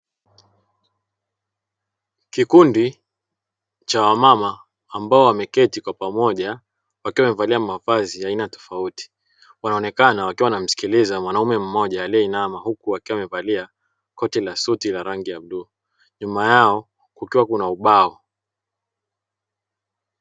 Kikundi cha wamama ambao wameketi kwa pamoja wakiwa wamevalia mavazi ya aina tofauti, huku wanaonekana wakiwa wanamsikiliza mwanaume mmoja alieinama huku akiwa amevalia koti la suti la rangi ya bluu, nyuma yao kukiwa kuna ubao.